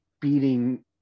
beating